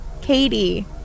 katie